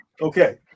okay